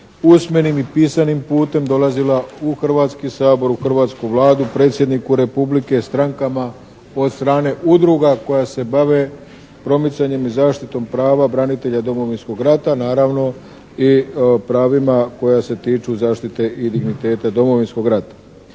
usmenim i pisanim putem dolazila u Hrvatski sabor, u hrvatsku Vladu, predsjedniku Republike, strankama, od strane udruga koje se bave promicanjem i zaštitom prava branitelja Domovinskog rata, naravno i pravima koja se tiču zaštite i digniteta Domovinskog rata.